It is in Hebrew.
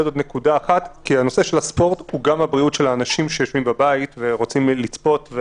כי ספורט הוא גם בריאות של אנשים שיושבים בבית ורוצים לצפות.